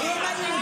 גם שלי.